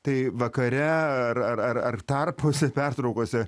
tai vakare ar ar ar ar tarpuose pertraukose